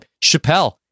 Chappelle